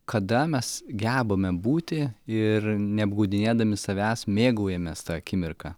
kada mes gebame būti ir neapgaudinėdami savęs mėgaujamės ta akimirka